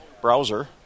browser